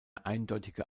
eindeutige